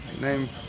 name